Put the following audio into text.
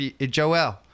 Joel